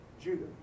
Judah